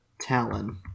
Talon